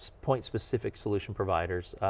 point specific solution providers.